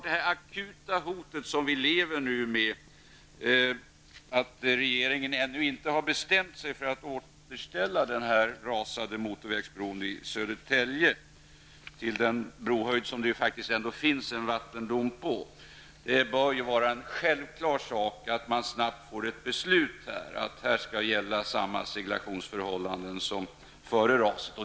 Det akuta hot som vi lever med därför att regeringen ännu inte bestämt sig för att återställa den rasade motorvägsbron i Södertälje till den brohöjd som det faktiskt finns en vattendom på gör att det bör vara en självklar sak att det nu snabbt fattas beslut och att samma seglationsförhållanden får gälla som före raset.